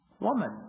woman